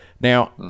Now